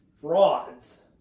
frauds